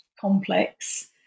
complex